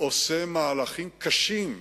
עושה מהלכים קשים,